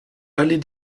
allée